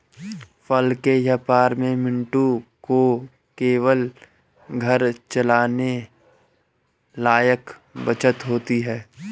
फल के व्यापार में मंटू को केवल घर चलाने लायक बचत होती है